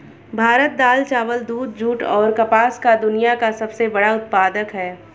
भारत दाल, चावल, दूध, जूट, और कपास का दुनिया का सबसे बड़ा उत्पादक है